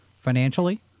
financially